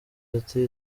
ati